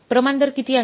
प्रमाण दर किती आहे